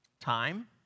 Time